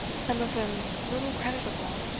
some of them little creditable,